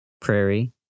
Prairie